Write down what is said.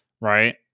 right